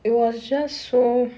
it was just so